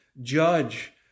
judge